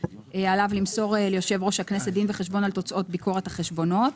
עליו למסור ליושב ראש הכנסת דין וחשבון על תוצאות ביקורת החשבונות.